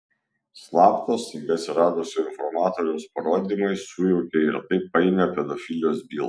slapto staiga atsiradusio informatoriaus parodymai sujaukė ir taip painią pedofilijos bylą